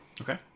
Okay